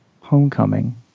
Homecoming